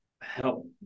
help